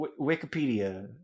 Wikipedia